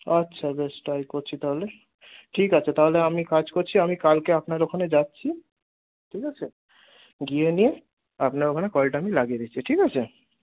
আচ্ছা বেশ তাই করছি তাহলে ঠিক আছে তাহলে আমি কাজ করছি আমি কালকে আপনার ওখানে যাচ্ছি ঠিক আছে গিয়ে নিয়ে আপনার ওখানে কলটা আমি লাগিয়ে দিচ্ছি ঠিক আছে